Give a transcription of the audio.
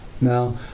Now